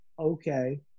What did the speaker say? Okay